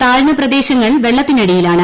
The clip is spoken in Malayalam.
താഴ്ന്ന പ്രദേശങ്ങൾ വെള്ളത്തിനടിയിലാണ്